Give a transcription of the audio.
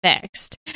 fixed